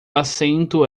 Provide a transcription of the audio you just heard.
assento